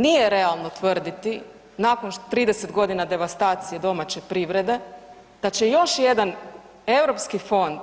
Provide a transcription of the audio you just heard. Nije realno tvrditi nakon 30 godina devastacije domaće privrede da će još jedan europski fond